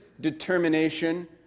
determination